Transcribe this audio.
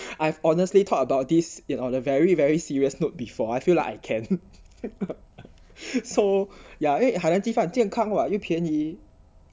I've honestly thought about this in a very very serious note before I feel like I can so ya 因为海南鸡饭健康 [what] 又便宜